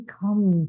come